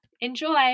Enjoy